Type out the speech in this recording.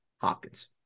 Hopkins